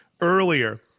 earlier